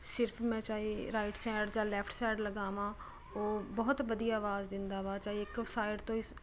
ਸਿਰਫ਼ ਮੈਂ ਚਾਹੇ ਰਾਈਟ ਸੈਡ ਜਾਂ ਲੈਫਟ ਸੈਡ ਲਗਾਮਾਂ ਉਹ ਬਹੁਤ ਵਧੀਆ ਆਵਾਜ਼ ਦਿੰਦਾ ਵਾ ਚਾਹੇ ਇੱਕ ਸਾਈਡ ਤੋਂ ਹੀ